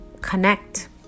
connect